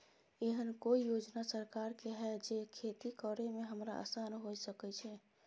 एहन कौय योजना सरकार के है जै खेती करे में हमरा आसान हुए सके छै?